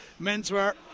menswear